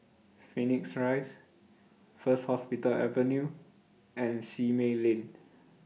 Phoenix Rise First Hospital Avenue and Simei Lane